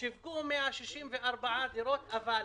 שיווקו 164,000 דירות, אבל